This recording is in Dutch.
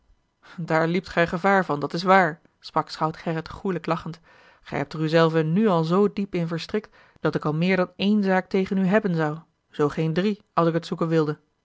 daar liept gij gevaar van dat is waar sprak schout gerrit goêlijk lachend gij hebt er u zelve nu al zoo diep in verstrikt dat ik al meer dan ééne zaak tegen u hebben zou zoo geen drie als ik het zoeken wilde